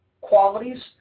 qualities